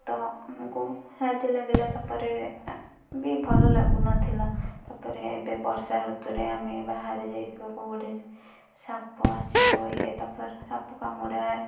ତ ଆମକୁ ଲାଜ ଲାଗିଲା ତାପରେ ବି ଭଲ ଲାଗୁନଥିଲା ତା'ପରେ ଏବେ ବର୍ଷା ଋତୁରେ ଆମେ ବାହାରେ ଯାଇଥିବୁ ଗୋଟିଏ ସାପ ଆସିବ ଇଏ ତାପରେ ସାପ କାମୁଡ଼ା